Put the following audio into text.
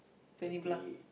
twenty plus